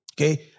okay